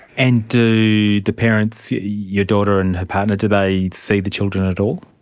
and do the parents, your daughter and her partner, do they see the children at all?